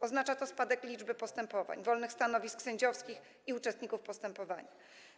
Oznacza to spadek liczby postępowań, wolnych stanowisk sędziowskich i uczestników postępowania.